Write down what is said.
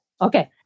Okay